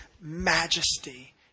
majesty